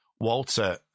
Walter